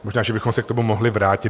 Možná že bychom se k tomu mohli vrátit.